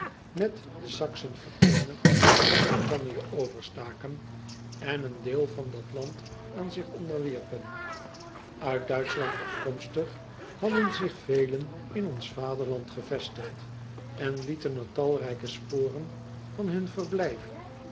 met de axen vereenigd naar ritannië overstaken en een deel van dat land aan zich onderwierpen it uitschland afkomstig hadden zich velen in ons vaderland gevestigd en lieten er talrijke sporen van hun verblijf